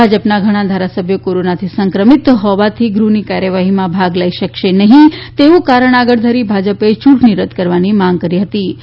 ભાજપનાં ઘણા ઘારાસભ્યો કોરોનાથી સંક્રમિત હોવાથી ગૃહની કાર્યવાહીમાં ભાગ લઈ શકાશે નહિ તેવું કારણ આગળ ઘરી ભાજપે ચૂંટણી રદ કરવાની માંગ કરી હતીં